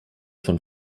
von